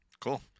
Cool